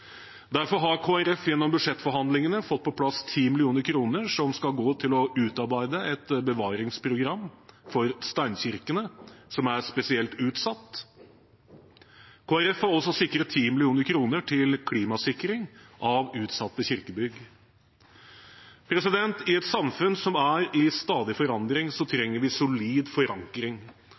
Derfor har Kristelig Folkeparti gjennom budsjettforhandlingene fått på plass 10 mill. kr som skal gå til å utarbeide et bevaringsprogram for steinkirkene, som er spesielt utsatt. Kristelig Folkeparti har også sikret 10 mill. kr til klimasikring av utsatte kirkebygg. I et samfunn som er i stadig forandring, trenger vi solid forankring.